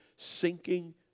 Sinking